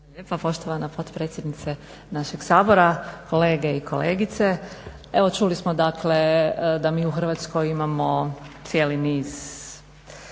lijepo poštovana potpredsjednice našeg Sabora, kolege i kolegice. Evo čuli smo dakle da mi u Hrvatskoj imamo cijeli niz